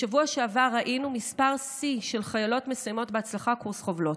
בשבוע שעבר ראינו מספר שיא של חיילות מסיימות בהצלחה קורס חובלות.